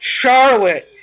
Charlotte